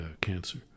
cancer